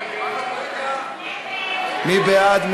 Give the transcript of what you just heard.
מי בעד?